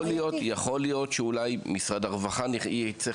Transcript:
יכול להיות שאולי משרד הרווחה יצטרך